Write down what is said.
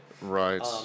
Right